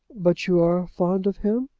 but you are fond of him?